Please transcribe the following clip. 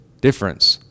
difference